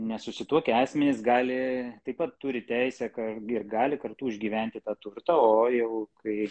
nesusituokę asmenys gali taip pat turi teisę ką g ir gali kartu užgyventi tą turtą o jau kai